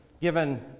given